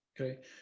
Okay